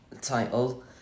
title